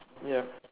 ya